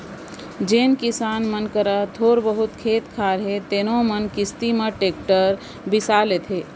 जेन किसान मन करा थोर बहुत खेत खार हे तेनो मन किस्ती म टेक्टर बिसा लेथें